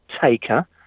taker